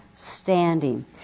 standing